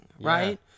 right